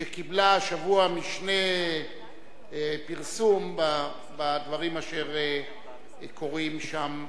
שקיבלה השבוע משנה-פרסום בדברים אשר קורים שם,